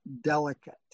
delicate